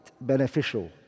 beneficial